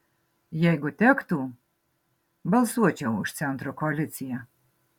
jeigu tektų balsuočiau už centro koaliciją